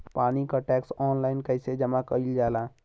पानी क tax online कईसे जमा कईल जाला?